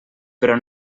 però